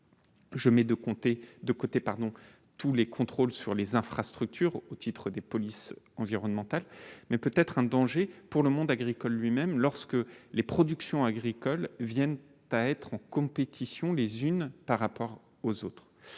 de côté, pardon, tous les contrôles sur les infrastructures, au titre des polices environnementales mais peut-être un danger pour le monde agricole lui-même lorsque les productions agricoles viennent à être en compétition les unes par rapport aux autres,